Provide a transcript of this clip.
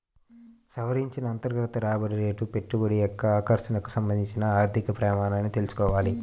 సవరించిన అంతర్గత రాబడి రేటు పెట్టుబడి యొక్క ఆకర్షణకు సంబంధించిన ఆర్థిక ప్రమాణమని తెల్సుకోవాలి